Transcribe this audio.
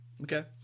Okay